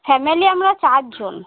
family আমরা চারজন